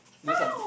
do something